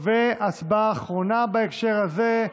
הצבעה אחרונה בהקשר הזה: